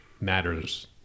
matters